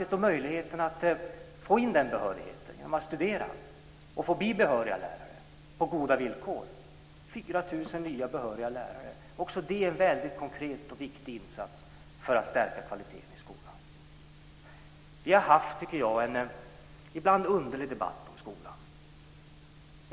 4 000 nya behöriga lärare - också det är en väldigt konkret och viktig insats för att stärka kvaliteten i skolan. Jag tycker att vi har haft en ibland underlig debatt om skolan.